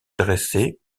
dressé